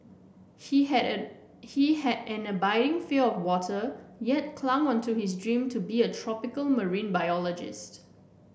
he had an he had an abiding fear of water yet clung on to his dream to be a tropical marine biologist